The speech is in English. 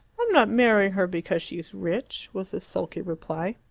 i am not marrying her because she is rich, was the sulky reply.